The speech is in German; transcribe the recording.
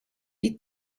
die